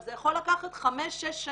זה יכול לקחת חמש שנים,